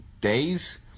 days